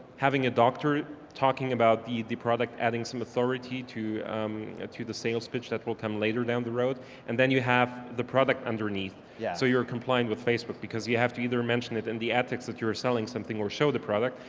having a doctor talking about the the product adding some authority to ah to the sales pitch, that will come later down the road and then you have the product underneath, yeah so you're compliant with facebook because you have to either mention it in and the ad text that you're selling something or show the product,